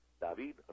david